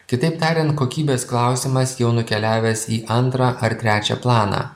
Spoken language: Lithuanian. kitaip tariant kokybės klausimas jau nukeliavęs į antrą ar trečią planą